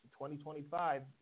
2025